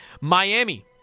Miami